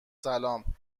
سلام